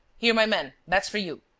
here, my man. that's for you.